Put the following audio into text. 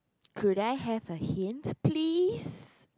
could I have a hint please